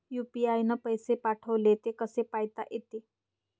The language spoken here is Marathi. यू.पी.आय न पैसे पाठवले, ते कसे पायता येते?